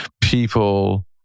people